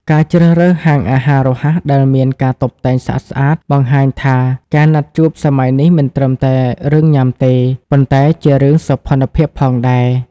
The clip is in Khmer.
ការជ្រើសរើសហាងអាហាររហ័សដែលមានការតុបតែងស្អាតៗ បង្ហាញថាការណាត់ជួបសម័យនេះមិនត្រឹមតែរឿងញ៉ាំទេ ប៉ុន្តែជារឿង «សោភ័ណភាព» ផងដែរ។